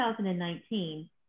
2019